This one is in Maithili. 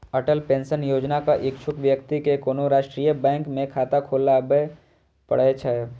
अटल पेंशन योजनाक इच्छुक व्यक्ति कें कोनो राष्ट्रीय बैंक मे खाता खोलबय पड़ै छै